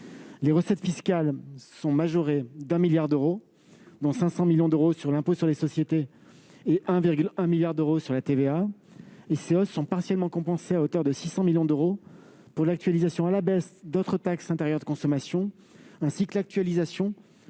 les recettes fiscales sont majorées de 1 milliard d'euros, dont 500 millions d'euros sur l'impôt sur les sociétés et 1,1 milliard d'euros sur la TVA, ces hausses étant partiellement compensées à hauteur de 600 millions d'euros par l'actualisation à la baisse d'autres taxes intérieures de consommation, ainsi que par l'actualisation